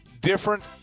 different